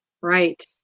Right